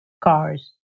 cars